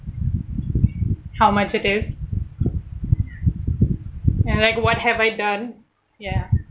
how much it is I'm like what have I done ya